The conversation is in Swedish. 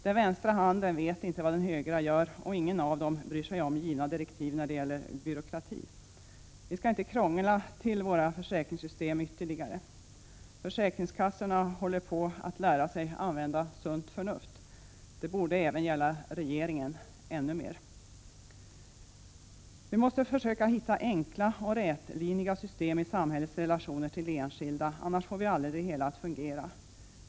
Den vänstra handen vet inte vad den högra gör, och ingen av dem bryr sig om givna direktiv när det gäller byråkrati. Vi skall inte krångla till våra försäkringssystem ytterligare. Försäkringskassorna håller på att lära sig använda sunt förnuft. Det borde även gälla regeringen — ännu mer. Vi måste försöka hitta enkla och rätlinjiga system i samhällets relationer till enskilda; annars får vi aldrig det hela att fungera.